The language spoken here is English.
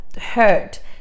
hurt